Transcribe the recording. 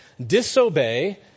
Disobey